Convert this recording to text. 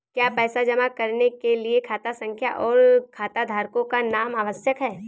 क्या पैसा जमा करने के लिए खाता संख्या और खाताधारकों का नाम आवश्यक है?